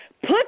Put